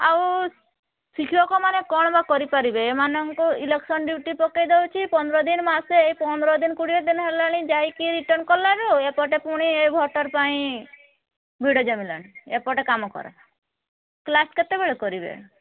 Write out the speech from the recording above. ଆଉ ଶିକ୍ଷକ ମାନେ କ'ଣ ବା କରିପାରିବେ ଏମାନଙ୍କୁ ଇଲେକ୍ସନ୍ ଡିୟୁଟି ପକାଇଦେଉଛି ପନ୍ଦର ଦିନ ମାସେ ଏଇ ପନ୍ଦର ଦିନ କୋଡ଼ିଏ ଦିନ ହେଲାଣି ଯାଇକି ରିଟର୍ନ କଲାରୁ ଏପଟେ ପୁଣି ଏ ଭୋଟର ପାଇଁ ଭିଡ଼ ଜମିଲାଣି ଏପଟେ କାମ କର କ୍ଲାସ୍ କେତେବେଳେ କରିବେ